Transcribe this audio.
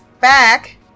back